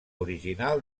original